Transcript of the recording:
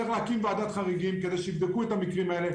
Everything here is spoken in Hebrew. צריך להקים ועדת חריגים כדי שיבדקו את המקרים האלה.